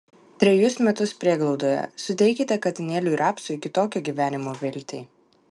trejus metus prieglaudoje suteikite katinėliui rapsui kitokio gyvenimo viltį